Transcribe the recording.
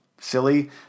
silly